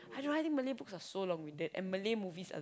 I don't like it Malay books are so long winded and Malay movies also